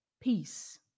Peace